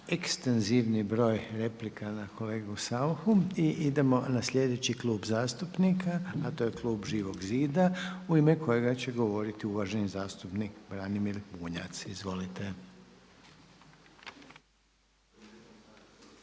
ekstenzivni broj replika na kolegu SAuchu. I idemo na sljedeću Klub zastupnika, a to je Klub Živog zida u ime kojega će govoriti uvaženi zastupnik Branimir Bunjac. Izvolite.